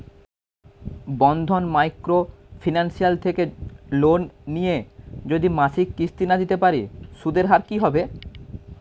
বন্ধন micro finance থেকে loan নিয়ে যদি মাসিক কিস্তি না দিতে পারি সুদের হার কি হবে?